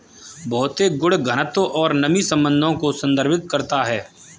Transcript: भौतिक गुण घनत्व और नमी संबंधों को संदर्भित करते हैं